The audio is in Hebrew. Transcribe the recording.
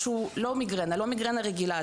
משהו, לא מיגרנה, לא מיגרנה רגילה.